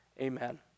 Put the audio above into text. Amen